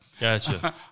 Gotcha